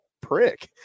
prick